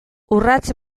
urrats